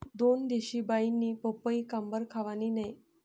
दोनदिशी बाईनी पपई काबरं खावानी नै